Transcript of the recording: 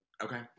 okay